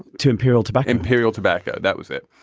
to imperial tobacco, imperial tobacco, that was it.